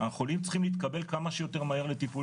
החולים צריכים להתקבל כמה שיותר מהר לטיפול